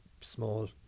small